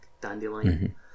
dandelion